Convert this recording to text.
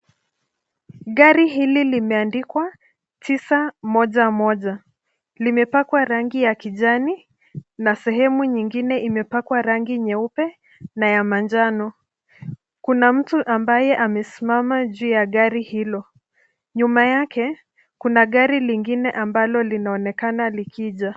Gari hili limeandikwa 911 limepakwa rangi ya kijani na sehemu nyingine imepakwa rangi nyeupe na ya manjano. Kuna mtu ambaye amesimama juu ya gari hilo. Nyuma yake kuna gari lingine ambalo linaonekana likija.